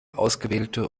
ausgewählte